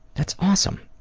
that's awesome.